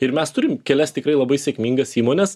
ir mes turim kelias tikrai labai sėkmingas įmones